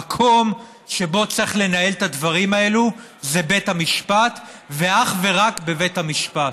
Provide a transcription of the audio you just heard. המקום שבו צריך לנהל את הדברים האלו זה בית המשפט ואך ורק בבית המשפט.